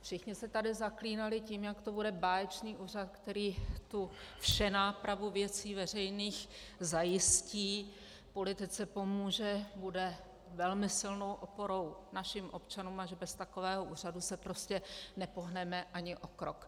Všichni se tady zaklínali tím, jak to bude báječný úřad, který tu všenápravu věcí veřejných zajistí, politice pomůže, bude velmi silnou oporou našim občanům, a že bez takového úřadu se prostě nepohneme ani o krok.